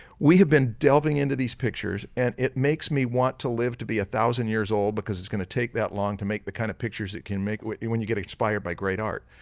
we have been delving into these pictures and it makes me want to live to be a thousand years old because it's going to take that long to make the kind of pictures that you can make when and when you get expired by great art.